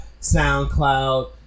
SoundCloud